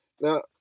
Now